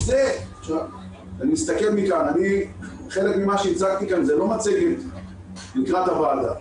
חלק ממה שהצעתי כאן זה לא מצגת לקראת הוועדה,